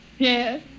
Yes